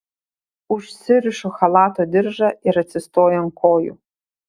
užsirišu chalato diržą ir atsistoju ant kojų